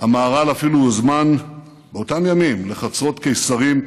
המהר"ל אפילו הוזמן באותם ימים לחצרות קיסרים,